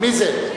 מי זה?